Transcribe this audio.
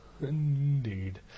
Indeed